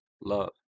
love